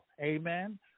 amen